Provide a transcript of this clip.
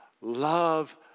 Love